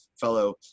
fellow